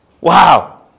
Wow